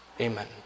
Amen